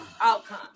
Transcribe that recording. outcome